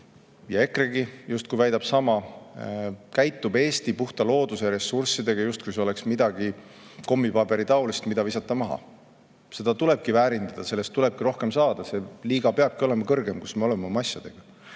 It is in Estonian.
ja EKRE-gi justkui väidab sama, käitub Eesti puhta looduse ressurssidega, justkui need oleks midagi kommipaberisugust, mida maha visata. Seda tulebki väärindada, sellest tulebki rohkem saada, see liiga peabki olema kõrgem, kus me oleme oma asjadega.